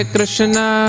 Krishna